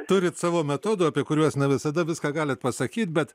turit savo metodų apie kuriuos ne visada viską galit pasakyt bet